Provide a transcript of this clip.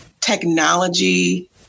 technology